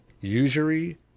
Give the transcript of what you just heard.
usury